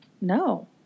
No